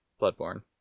Bloodborne